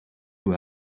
hoe